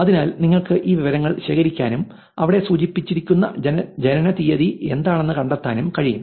അതിനാൽ നിങ്ങൾക്ക് ഈ വിവരങ്ങൾ ശേഖരിക്കാനും അവിടെ സൂചിപ്പിച്ചിരിക്കുന്ന ജനനത്തീയതി എന്താണെന്ന് കണ്ടെത്താനും കഴിയും